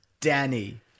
Danny